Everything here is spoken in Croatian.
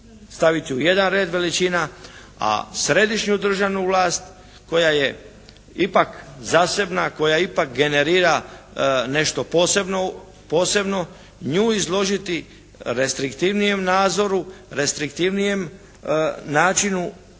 staviti u jedan red veličina a središnju državnu vlast koja je ipak zasebna, koja ipak generira nešto posebno nju izložiti restriktivnijem nazoru, restriktivnijem načinu